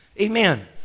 Amen